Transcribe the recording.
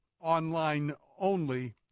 online-only